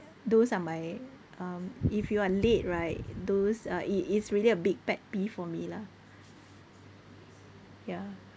those are my um if you are late right those uh it it's really a big pet peeve for me lah ya